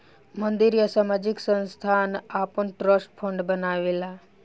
मंदिर या सामाजिक संस्थान आपन ट्रस्ट फंड बनावेला